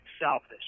selfish